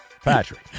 Patrick